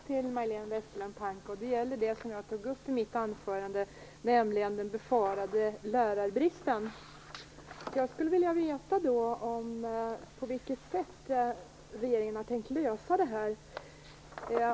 Fru talman! Jag har en fråga till Majléne Westerlund Panke. Det gäller något som jag tog upp i mitt anförande, nämligen den befarade lärarbristen. Jag skulle vilja veta på vilket sätt regeringen har tänkt lösa det här.